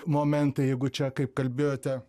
momentai jeigu čia kaip kalbėjote